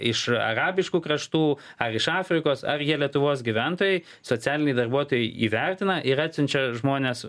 iš arabiškų kraštų ar iš afrikos ar jie lietuvos gyventojai socialiniai darbuotojai įvertina ir atsiunčia žmonės